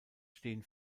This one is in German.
stehen